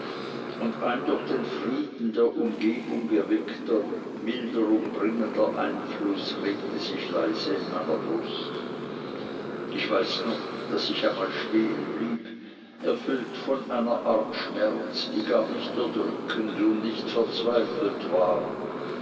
und ein durch den frieden der umgebung erweckter milderung bringender einfluß regte sich leise in meiner brust ich weiß noch daß ich einmal stehen blieb erfüllt von einer art schmerz die gar nicht erdrückend und nicht verzweifelt war